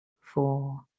four